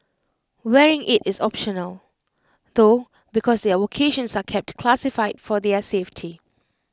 wearing IT is optional though because their vocations are kept classified for their safety